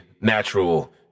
natural